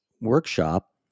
workshop